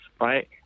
right